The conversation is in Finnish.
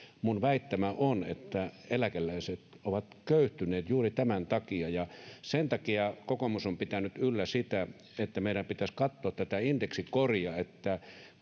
minun väittämäni on että eläkeläiset ovat köyhtyneet juuri tämän takia sen takia kokoomus on pitänyt yllä sitä että meidän pitäisi katsoa tätä indeksikoria eli